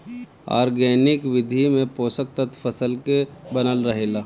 organic विधि में पोषक तत्व फसल के बनल रहेला